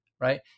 right